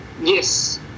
Yes